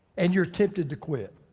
and you're tempted to quit.